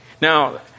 Now